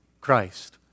Christ